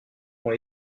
ont